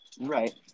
Right